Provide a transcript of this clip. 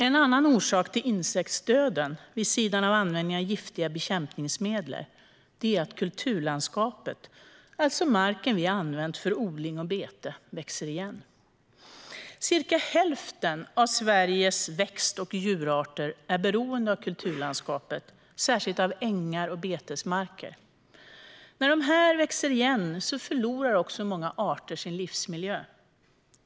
En annan orsak till insektsdöden, vid sidan av användning av giftiga bekämpningsmedel, är att kulturlandskapet, alltså marken vi använt för odling och bete, växer igen. Cirka hälften av Sveriges växt och djurarter är beroende av kulturlandskapet, särskilt av ängar och betesmarker. När dessa växer igen förlorar många arter sin livsmiljö.